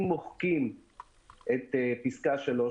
אם מוחקים את פסקה (3),